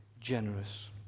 generous